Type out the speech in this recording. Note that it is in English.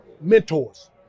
mentors